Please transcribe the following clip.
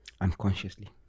Unconsciously